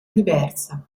diversa